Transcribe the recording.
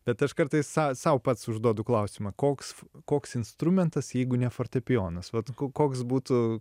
bet aš kartais sau pats užduodu klausimą koks koks instrumentas jeigu ne fortepijonas vat koks būtų